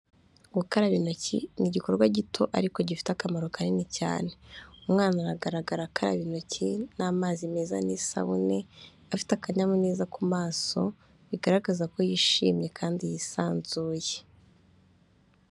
Gukaraba intoki ni igikorwa gito ariko gifite akamaro kanini cyane. Umwana aragaragara akaraba intoki n'amazi meza n'isabune, afite akanyamuneza ku maso bigaragaza ko yishimye kandi yisanzuye.